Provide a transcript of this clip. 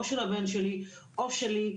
או של הבן שלי או שלי,